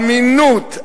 אמינות,